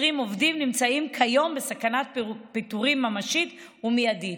עובדים נמצאים כיום בסכנת פיטורים ממשית ומיידית.